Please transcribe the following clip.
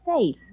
safe